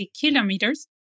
kilometers